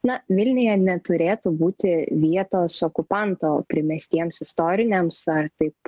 na vilniuje neturėtų būti vietos okupanto primestiems istoriniams ar taip